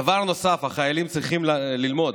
דבר נוסף, החיילים צריכים ללמוד,